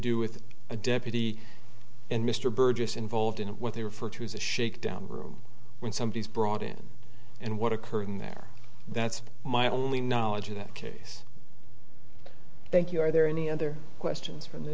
do with a deputy and mr burgess involved in what they refer to as a shakedown room when somebody is brought in and what occurred in there that's my only knowledge of that case thank you are there any other questions from the